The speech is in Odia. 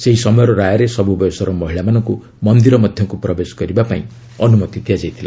ସେହି ସମୟର ରାୟରେ ସବୃ ବୟସ ମହିଳାମାନଙ୍କୁ ମନ୍ଦିର ମଧ୍ୟକୁ ପ୍ରବେଶ କରିବାପାଇଁ ଅନୁମତି ଦିଆଯାଇଥିଲା